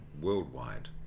worldwide